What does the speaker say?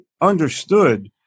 understood